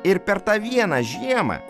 ir per tą vieną žiemą